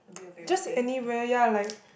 just anywhere ya like